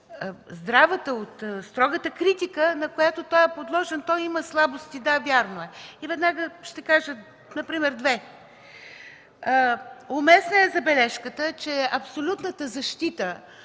от строгата критика, на която той е подложен. Той има слабости, да, вярно е, и веднага ще кажа например две. Уместна е забележката, че абсолютната защита